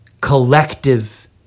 collective